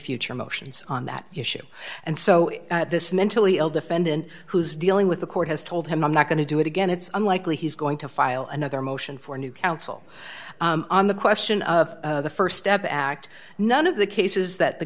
future motions on that issue and so this mentally ill defendant who's dealing with the court has told him i'm not going to do it again it's unlikely he's going to file another motion for new counsel on the question of the st step act none of the cases that the